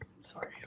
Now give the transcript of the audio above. Sorry